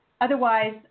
Otherwise